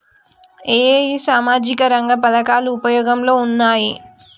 ఏ ఏ సామాజిక రంగ పథకాలు ఉపయోగంలో ఉన్నాయి?